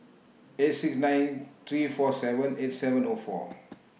eight six nine three four seven eight seven O four